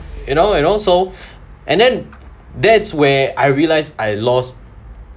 you know you know so and then that's where I realised I lost